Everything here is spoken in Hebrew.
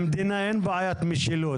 למדינה אין בעיית משילות,